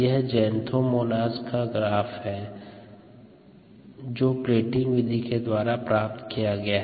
यह ज़ैंथोमोनस का graph plating विधि के द्वारा प्राप्त की गई है